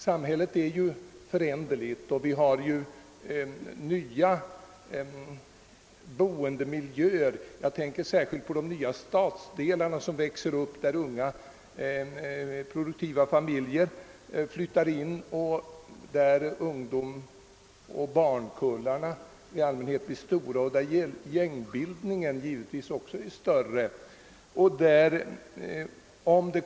Samhället är föränderligt, och vi har fått nya boendemiljöer; jag tänker särskilt på de nya stadsdelar som växer upp, där unga, produktiva familjer flyttar in, där barnkullarna i allmänhet är stora och där gängbildningen givetvis också blir omfattande.